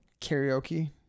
karaoke